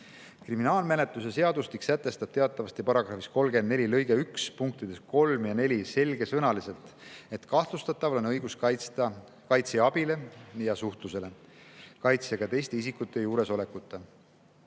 Kriminaalmenetluse seadustik sätestab teatavasti paragrahvis 34 lõige 1 punktides 3 ja 4 selgesõnaliselt, et kahtlustataval on õigus kaitsja abile ja suhtlusele kaitsjaga teiste isikute juuresolekuta. Oleme